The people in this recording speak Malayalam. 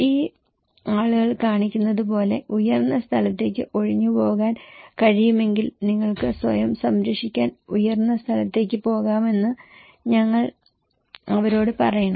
ഈ ആളുകൾ കാണിക്കുന്നത് പോലെ ഉയർന്ന സ്ഥലത്തേക്ക് ഒഴിഞ്ഞുപോകാൻ കഴിയുമെങ്കിൽ നിങ്ങൾക്ക് സ്വയം സംരക്ഷിക്കാൻ ഉയർന്ന സ്ഥലത്തേക്ക് പോകാമെന്ന് ഞങ്ങൾ അവരോട് പറയണം